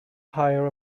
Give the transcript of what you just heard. hire